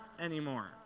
anymore